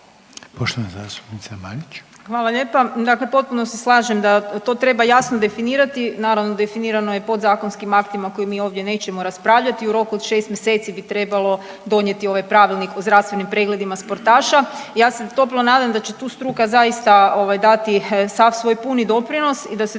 Andreja (SDP)** Hvala lijepa. Dakle potpuno se slažem da to treba jasno definirati. Naravno, definirano je podzakonskim aktima koje mi ovdje nećemo raspravljati, u roku od 6 mjeseci bi trebalo donijeti ova Pravilnik o zdravstvenim pregledima sportaša. Ja se toplo nadam da će tu struka zaista dati sam svoj puni doprinos i da se